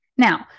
Now